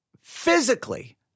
physically